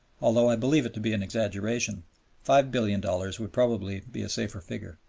although i believe it to be an exaggeration five billion dollars would probably be a safer figure.